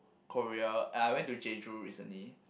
Korea and I went to Jeju recently